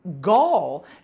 gall